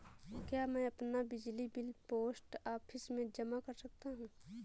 क्या मैं अपना बिजली बिल पोस्ट ऑफिस में जमा कर सकता हूँ?